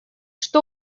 что